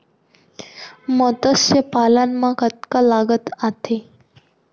मतस्य पालन मा कतका लागत आथे?